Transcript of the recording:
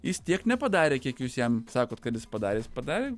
jis tiek nepadarė kiek jūs jam sakot kad jis padarė jis padarė